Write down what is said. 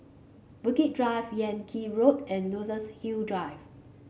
Bukit Drive Yan Kit Road and Luxus Hill Drive